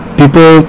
people